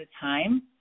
time